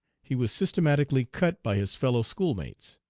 he was systematically cut by his fellow-schoolmates.